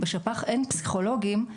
בשפ"ח אין פסיכולוגים.